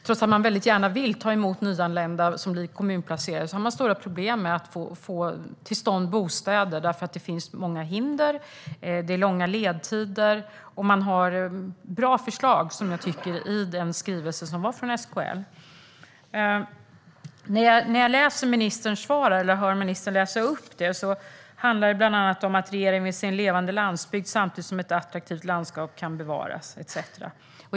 Trots att man väldigt gärna vill ta emot nyanlända som blir kommunplacerade har man stora problem med att få till stånd bostäder, eftersom det finns många hinder och ledtiderna är långa. De förslag SKL har i sin skrivelse tycker jag är bra. Ministerns svar handlar bland annat om att regeringen vill se en levande landsbygd samtidigt som ett attraktivt landskap kan bevaras etcetera.